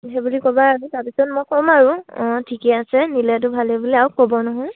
সেই বুলি ক'বা আৰু তাৰপিছত মই ক'ম আৰু অঁ ঠিকে আছে নিলেতো ভালেই বুলি আৰু কব নহয়